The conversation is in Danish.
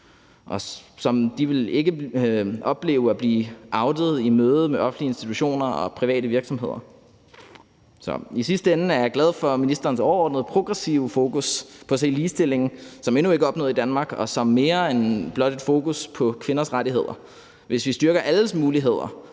De ville ikke opleve at blive outet i mødet med offentlige institutioner og private virksomheder. I sidste ende er jeg glad for ministerens overordnet progressive fokus på at se ligestillingen som noget, der endnu ikke er opnået i Danmark, og som noget mere end blot et fokus på kvinders rettigheder. Hvis vi styrker alles muligheder